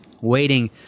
Waiting